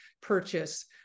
purchase